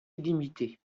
illimitée